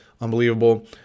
Unbelievable